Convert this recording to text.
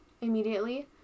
immediately